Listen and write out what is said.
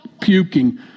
puking